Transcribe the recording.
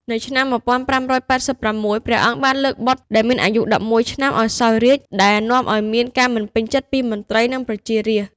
នៅឆ្នាំ ១៥៨៦ ព្រះអង្គបានលើកបុត្រដែលមានអាយុ ១១ ឆ្នាំឱ្យសោយរាជ្យ ដែលនាំឱ្យមានការមិនពេញចិត្តពីមន្ត្រី និងប្រជារាស្ត្រ។